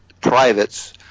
privates